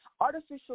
Artificial